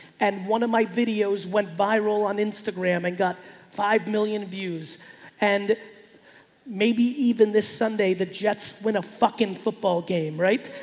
and one of my videos went viral on instagram and got five million views and maybe even this sunday, the jets win a fucking football game. right?